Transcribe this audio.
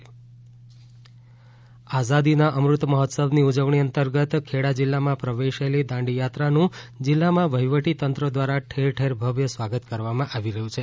ખેડા આઝાદી કા અમૃત મહોત્સવ આઝાદીના અમૃત મહોત્સવની ઉજવણી અંતર્ગત ખેડા જિલ્લામાં પ્રવેશેલી દાંડીયાત્રાનુ જિલ્લામાં વહીવટીતંત્ર દ્રારા ઠેર ઠેર ભવ્ય સ્વાગત કરવામા આવી રહ્યુ છે